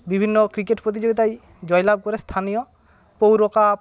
বিভিন্ন ক্রিকেট প্রতিযোগিতায় জয়লাভ করে স্থানীয় পৌর কাপ